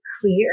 clear